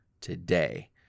today